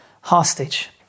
hostage